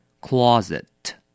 closet